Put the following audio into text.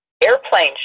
Airplane